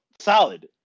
solid